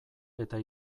eta